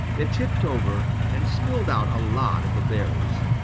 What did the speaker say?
it tipped over and spilled out a lot of the berries.